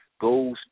goes